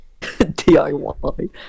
DIY